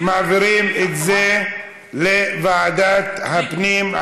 מעבירים את זה לוועדת הפנים,